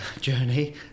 journey